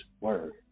word